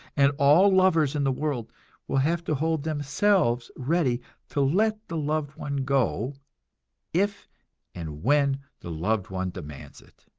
and all lovers in the world will have to hold themselves ready to let the loved one go if and when the loved one demands it.